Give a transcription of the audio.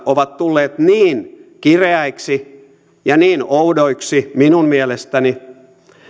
ovat tulleet niin kireiksi ja niin oudoiksi minun mielestäni